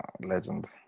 Legend